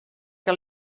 que